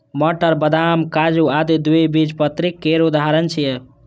मटर, बदाम, काजू आदि द्विबीजपत्री केर उदाहरण छियै